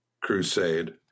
crusade